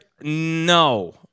no